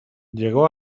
llegó